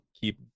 keep